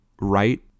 right